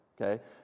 okay